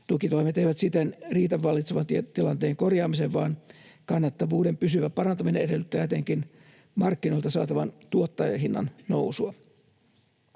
Tukitoimet eivät siten riitä vallitsevan tilanteen korjaamiseen, vaan kannattavuuden pysyvä parantaminen edellyttää etenkin markkinoilta saatavan tuottajahinnan nousua.